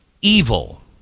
Evil